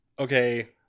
okay